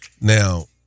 Now